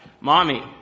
Mommy